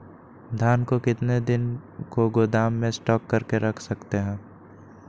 धान को कितने दिन को गोदाम में स्टॉक करके रख सकते हैँ?